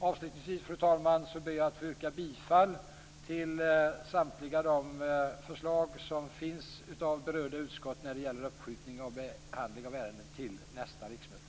Avslutningsvis, fru talman, ber jag att få yrka bifall till samtliga de förslag som finns från berörda utskott när det gäller uppskjutning av behandling av ärenden till nästa riksmöte.